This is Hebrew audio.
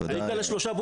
תודה.